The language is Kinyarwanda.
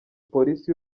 polisi